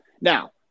Now